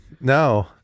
No